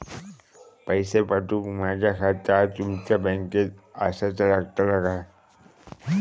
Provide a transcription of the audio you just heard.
पैसे पाठुक माझा खाता तुमच्या बँकेत आसाचा लागताला काय?